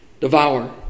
devour